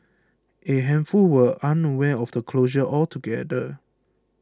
a handful were unaware of the closure altogether